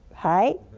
hi,